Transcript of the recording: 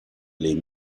les